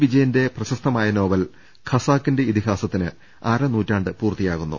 വിജയന്റെ പ്രശസ്തമായ നോവൽ ഖസാക്കിന്റെ ഇതിഹാസത്തിന് അരനൂറ്റാണ്ട് പൂർത്തിയാവുന്നു